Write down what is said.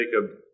Jacob